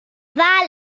wal